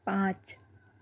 پانچ